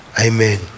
amen